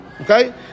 Okay